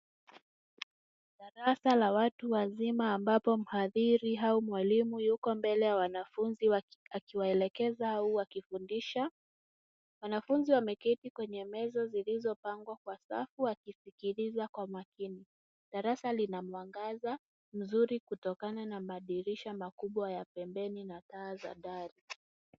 Darasa la watu wazima ambapo mhadhiri au mwalimu Yuko mbele fa wanafunzi akiwaeleza au akiwafundisha. Wanafunzi wameketi kwenye meza zilizopangwa kwa safu wakisikiliza kwa makini. Darasa lina mwangaza mzuri kutokana na madirisha makubwa ya pembeni na taa ya dari.